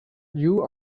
you